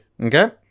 Okay